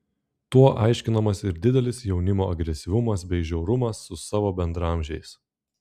tuo aiškinamas ir didelis jaunimo agresyvumas bei žiaurumas su savo bendraamžiais